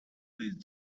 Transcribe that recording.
please